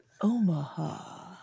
Omaha